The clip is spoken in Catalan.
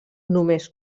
només